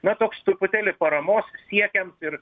na toks truputėlį paramos siekiant ir